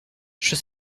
she